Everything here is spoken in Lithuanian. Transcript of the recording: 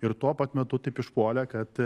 ir tuo pat metu taip išpuolė kad